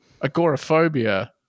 agoraphobia